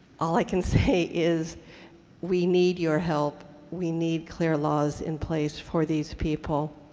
all i can say is we need your help. we need clear laws in place for these people,